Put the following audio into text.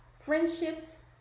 Friendships